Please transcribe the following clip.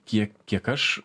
tiek kiek aš